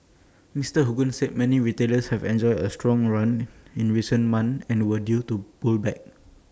Mister Hogan said many retailers have enjoyed A strong run in recent months and were due to pull back